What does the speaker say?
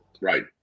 right